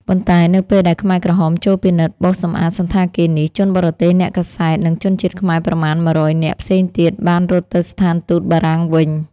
ប៉ុន្តែនៅពេលដែលខ្មែរក្រហមចូលពិនិត្យបោសសម្អាតសណ្ឋាគារនេះ ជនបរទេស អ្នកកាសែត និងជនជាតិខ្មែរប្រមាណ ១០០ នាក់ផ្សេងទៀតបានរត់ទៅស្ថានទូតបារាំងវិញ។